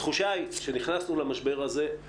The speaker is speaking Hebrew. התחושה היא שנכנסנו למשבר הזה,